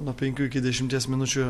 nuo penkių iki dešimties minučių